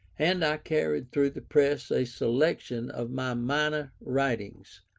and i carried through the press a selection of my minor writings,